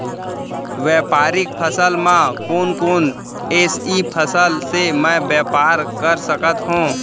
व्यापारिक फसल म कोन कोन एसई फसल से मैं व्यापार कर सकत हो?